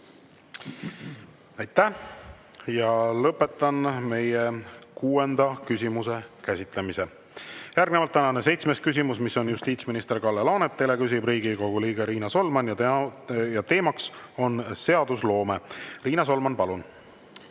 Aitäh! Lõpetan kuuenda küsimuse käsitlemise. Järgnevalt seitsmes küsimus, mis on justiitsminister Kalle Laanetile, küsib Riigikogu liige Riina Solman ja teema on seadusloome. Riina Solman, palun!